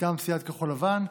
מטעם סיעת כחול לבן,